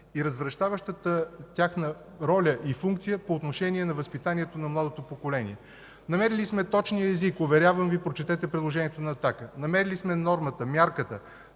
и развращаващата тяхна роля и функция по отношение на възпитанието на младото поколение. Намерили сме точния език, уверявам Ви. Прочетете предложението на „Атака”. Намерили сме нормата, мярката,